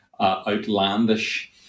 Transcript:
outlandish